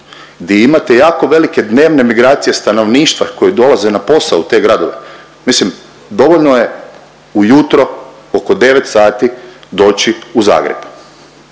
di imate jako velike dnevne migracije stanovništva koji dolaze na posao u te gradove. Mislim dovoljno je ujutro oko 9 sati doći u Zagreb,